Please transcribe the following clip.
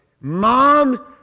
mom